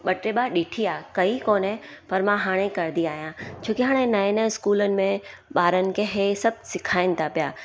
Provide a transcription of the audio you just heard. ॿ टे ॿार ॾिठी आहे कई कोने पर मां हाणे करंदी आहियां छोकी हाणे नए नए इस्कूलनि में ॿारनि खे इहे सभु सेखारीनि था पिया